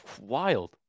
wild